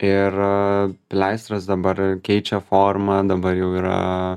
ir pleistras dabar keičia formą dabar jau yra